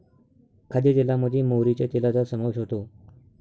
खाद्यतेलामध्ये मोहरीच्या तेलाचा समावेश होतो